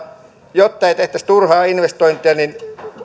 jotta ei tehtäisi turhaan investointeja niin